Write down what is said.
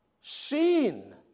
Sheen